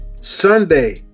Sunday